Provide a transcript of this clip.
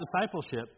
discipleship